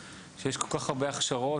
שיש כל כך הרבה הכשרות,